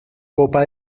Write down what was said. copa